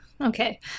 Okay